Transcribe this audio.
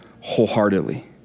wholeheartedly